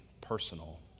personal